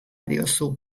diozu